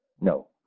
No